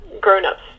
grown-ups